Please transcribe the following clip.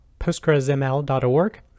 postgresml.org